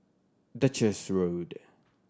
Duchess Road